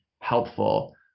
helpful